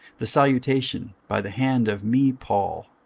the salutation by the hand of me paul.